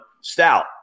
stout